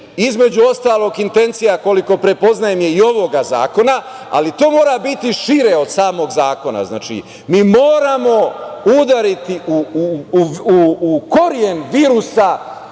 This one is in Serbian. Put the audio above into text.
između ostalog intencija, koliko prepoznajem, je i ovoga zakona, ali to mora biti šire od samog zakona. Mi moramo udariti u koren virusa